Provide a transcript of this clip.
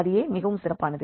அது ஏன் மிகவும் சிறப்பானது